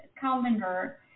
calendar